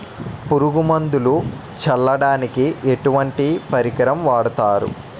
పురుగు మందులు చల్లడానికి ఎటువంటి పరికరం వాడతారు?